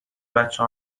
بچه